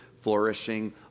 flourishing